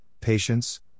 patience